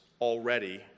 already